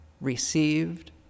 received